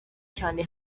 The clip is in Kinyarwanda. cyane